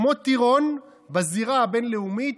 כמו טירון בזירה הבין-לאומית,